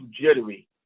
jittery